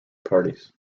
parties